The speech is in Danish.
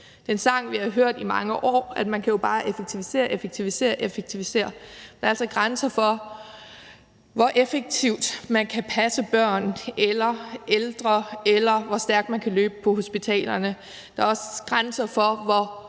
Det er en sang, vi har hørt i mange år, at man jo bare kan effektivisere og effektivisere, men der er altså grænser for, hvor effektivt man kan passe børn eller ældre, eller hvor stærkt man kan løbe på hospitalerne. Der er også grænser for, hvor